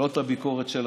את הביקורת שלכם,